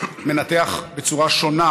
מנתח בצורה שונה